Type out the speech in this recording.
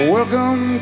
Welcome